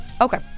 Okay